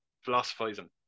Philosophizing